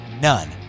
none